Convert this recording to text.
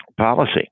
Policy